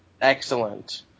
excellent